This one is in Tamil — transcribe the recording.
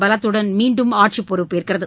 பலத்துடன் மீண்டும் ஆட்சி பொறுப்பேற்கிறது